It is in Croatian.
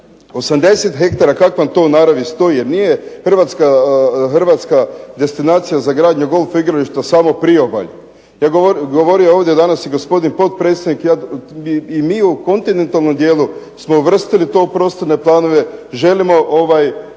80 hektara kak vam to u naravi stoji, jer nije Hrvatska destinacija za gradnju golf igrališta samo u priobalju. Govorio je ovdje danas i gospodin potpredsjednik i mi u kontinentalnom dijelu smo uvrstili to u prostorne planove, želimo uz